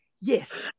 Yes